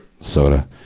soda